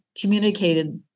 communicated